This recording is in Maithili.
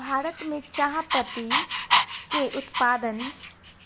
भारत में चाह पत्ती के उत्पादन